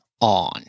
on